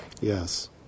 Yes